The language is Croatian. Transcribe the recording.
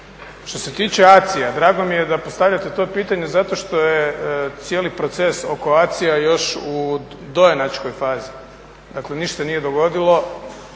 Što se tiče ACI-ja, drago mi je da postavljate to pitanje zato što je cijeli proces oko ACI-ja još u dojenačkoj fazi. Dakle, ništa se nije dogodilo